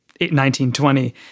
1920